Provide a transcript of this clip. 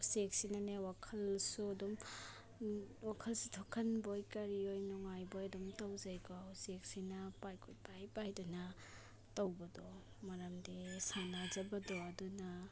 ꯎꯆꯦꯛꯁꯤꯅꯅꯦ ꯋꯥꯈꯜꯁꯨ ꯑꯗꯨꯝ ꯋꯥꯈꯜꯁꯤ ꯊꯣꯛꯍꯟꯕꯣꯏ ꯀꯔꯤ ꯑꯣꯏ ꯅꯨꯡꯉꯥꯏꯕꯣꯏ ꯑꯗꯨꯝ ꯇꯧꯖꯩꯀꯣ ꯎꯆꯦꯛꯁꯤꯅ ꯀꯣꯏꯄꯥꯏ ꯄꯥꯏꯗꯅ ꯇꯧꯕꯗꯣ ꯃꯔꯝꯗꯤ ꯁꯥꯟꯅꯖꯕꯗꯣ ꯑꯗꯨꯅ